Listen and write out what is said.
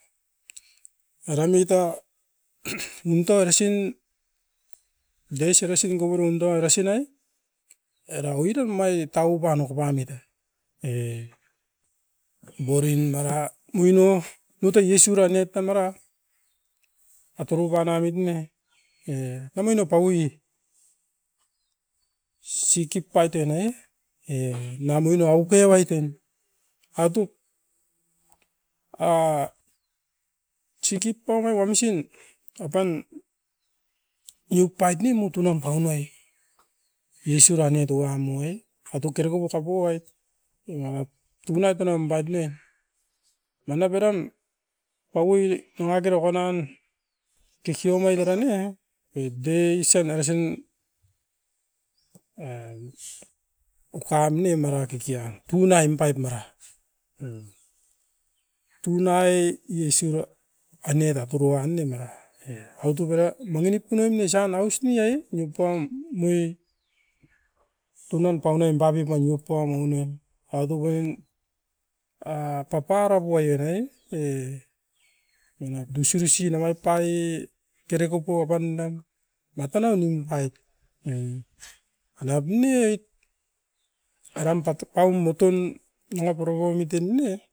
Era muita munto erasin deis erasin kopurondo erasinai. Era oiran mai ta upan okopaanoit e, era borin dara muino nutai yesu era aniait tamera, atoroan namit ne e naminu paui sikipait e ne, e namuino auke baiton. Autup a sikipauna wamsin toupan niupait ne mutunam paunuai, yesu ranai tuamo e atu kerekopo kapoai oumai. Tunait enam bait ne, manap uruain paui nangakera konan kikiomait era ne, wik deisin erasin en ukuam ne mara kikian. Tunaim paip mera, tunai yesu re an-ne raturu wan ne mera e evatop era manginip punam musan aus ni-a-e nipuam mui tunan paunoim babiup manip poam aunem aito koan a taparap oire e na dusurisi nanga oit parae kerekopo apaundan matanai nimpait. Manap ne oit, eram tatukau mutun nanga poropomit e ne